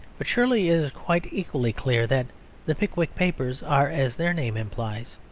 but surely is quite equally clear that the pickwick papers are, as their name implies,